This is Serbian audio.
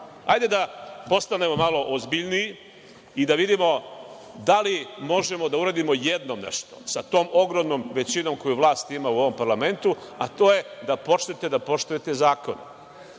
da postanemo malo ozbiljniji i da vidimo da li možemo da uradimo jednom nešto sa tom ogromnom većinom koju vlast ima u ovom parlamentu, a to je da počnete da